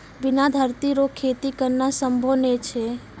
बिना धरती रो खेती करना संभव नै छै